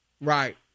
Right